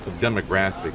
demographic